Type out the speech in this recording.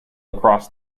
across